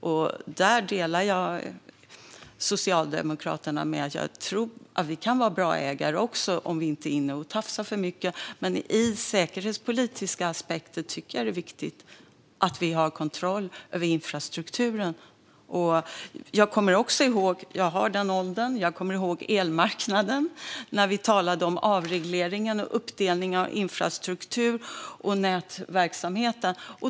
Jag delar Socialdemokraternas uppfattning att vi kan vara bra ägare om vi inte är inne och tafsar för mycket, men ur en säkerhetspolitisk aspekt tycker jag att det är viktigt att vi har kontroll över infrastrukturen. Jag är också i den åldern att jag kommer ihåg när vi talade om avregleringen av elmarknadens infrastruktur och nätverksamhet.